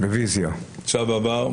הצו עבר.